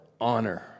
honor